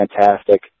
fantastic